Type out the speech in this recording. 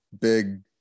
big